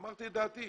אמרתי את דעתי,